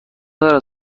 دارد